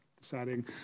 deciding